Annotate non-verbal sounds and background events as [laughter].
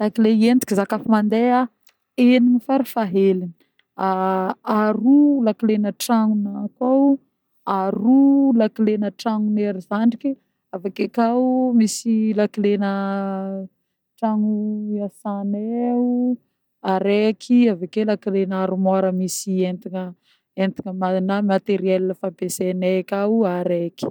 Lakile entiko zah koà fa mandeha enigny farafahaheliny: [hesitation] aroa lakilena tragnona akô, aroa lakilena tragnon'ery zandriky avy ake koà misy lakilena tragno iasaneh araiky avy ake lakilena armoire misy entana entana na ma- matériel fampeseneh akao araiky.